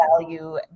value